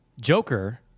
Joker